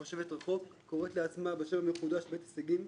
רחוק, קוראת לעצמה בשם המקודש בית הישגים,